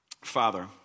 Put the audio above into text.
Father